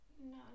No